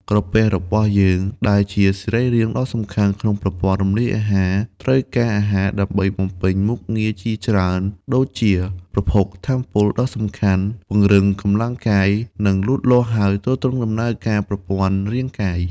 ក្រពះរបស់យើង ដែលជាសរីរាង្គដ៏សំខាន់ក្នុងប្រព័ន្ធរំលាយអាហារ ត្រូវការអាហារដើម្បីបំពេញមុខងារជាច្រើន ដូចជា ប្រភពថាមពលដ៏សំខាន់ ពង្រឹងកម្លាំងកាយ និងលូតលាស់ ហើយទ្រទ្រង់ដំណើរការប្រព័ន្ធរាងកាយ។